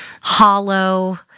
hollow